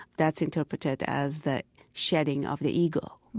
that's interpreted as the shedding of the ego